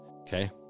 Okay